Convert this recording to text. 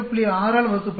6 ஆல் வகுக்கப்படுகிறது